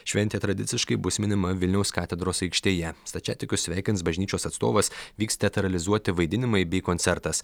šventė tradiciškai bus minima vilniaus katedros aikštėje stačiatikius sveikins bažnyčios atstovas vyks teatralizuoti vaidinimai bei koncertas